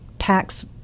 tax